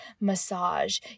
massage